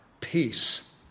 peace